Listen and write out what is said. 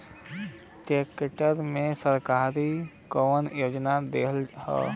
Tractor मे सरकार कवन योजना देले हैं?